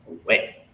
away